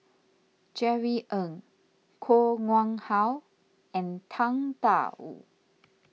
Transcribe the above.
Jerry Ng Koh Nguang How and Tang Da Wu